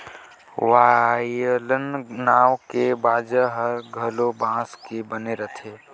violin नांव के बाजा ह घलो बांस के बने रथे